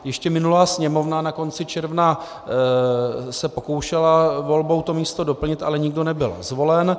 Ještě minulá Sněmovna na konci června se pokoušela volbou to místo doplnit, ale nikdo nebyl zvolen.